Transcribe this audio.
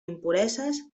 impureses